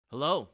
Hello